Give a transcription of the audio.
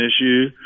issue